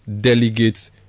delegate's